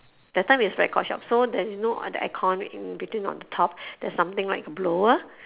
that time is record shop so there's you know the aircon in between on the top there's something like a blower